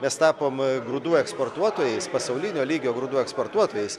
mes tapom grūdų eksportuotojais pasaulinio lygio grūdų eksportuotojais